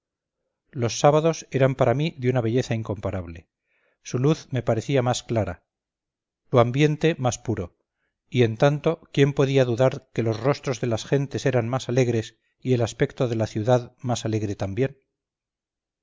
los sábados eran para mí de una belleza incomparable su luz me parecía más clara su ambiente más puro y en tanto quién podía dudar que los rostros de las gentes eran más alegres y el aspecto de la ciudad más alegre también